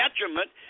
detriment